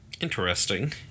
Interesting